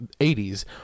80s